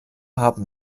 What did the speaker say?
haben